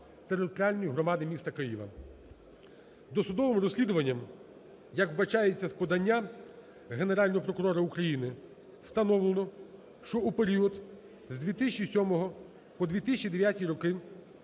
територіальної громади міста Києва. Досудовим розслідуванням, як вбачається з подання Генерального прокурора України, встановлено, що у період з 2007 по 2009 роки